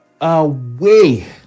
away